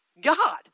God